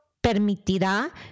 permitirá